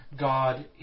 God